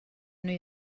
know